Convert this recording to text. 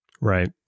Right